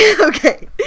Okay